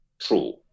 true